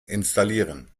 installieren